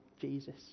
Jesus